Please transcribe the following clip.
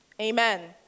Amen